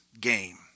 game